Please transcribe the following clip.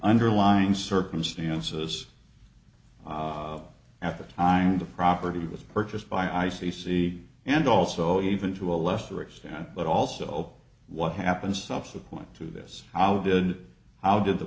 underlined circumstances at the time the property was purchased by i c c and also even to a lesser extent but also what happened subsequent to this how did how did the